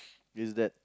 is that